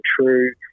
true